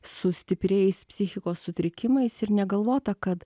su stipriais psichikos sutrikimais ir negalvota kad